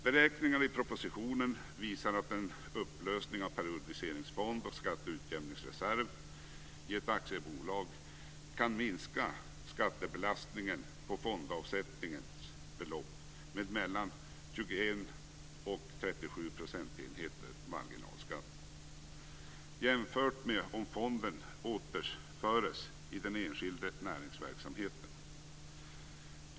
Beräkningar i propositionen visar att en upplösning av periodiseringsfond och skatteutjämningsreserv i ett aktiebolag kan minska skattebelastningen på fondavsättningens belopp med mellan 21 och 37 procentenheter - marginalskatt - jämfört med om fonden återförs i den enskilda näringsverksamheten.